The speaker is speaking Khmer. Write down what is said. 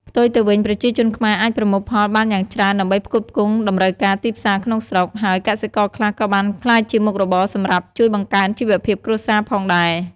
ផ្ទុយទៅវិញ ប្រជាជនខ្មែរអាចប្រមូលផលបានយ៉ាងច្រើនដើម្បីផ្គត់ផ្គង់តម្រូវការទីផ្សារក្នុងស្រុក ហើយកសិករខ្លះក៏បានក្លាយជាមុខរបរសម្រាប់ជួយបង្កើនជីវភាពគ្រួសារផងដែរ។